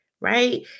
right